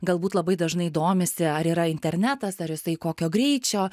galbūt labai dažnai domisi ar yra internetas ar jisai kokio greičio